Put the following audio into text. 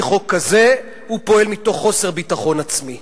הוא פועל מתוך חוסר ביטחון עצמי.